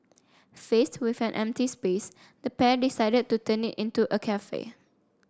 faced with an empty space the pair decided to turn it into a cafe